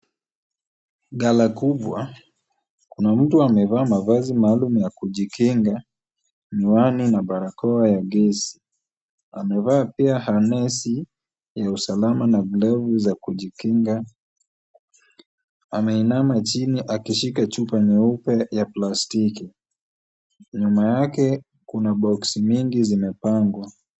Gala kubwa kuna mtu amevaa mavazi maalum ya kujikenga miwani na barakoa ya gesi. Amevaa pia harnesi ya usalama na glavu za kujikenga. Ameinama chini akishika chupa nyeupe ya plastiki. Nyuma yake kuna box mingi zimepangwa.